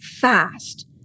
fast